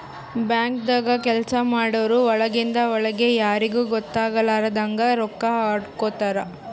ಬ್ಯಾಂಕ್ದಾಗ್ ಕೆಲ್ಸ ಮಾಡೋರು ಒಳಗಿಂದ್ ಒಳ್ಗೆ ಯಾರಿಗೂ ಗೊತ್ತಾಗಲಾರದಂಗ್ ರೊಕ್ಕಾ ಹೊಡ್ಕೋತಾರ್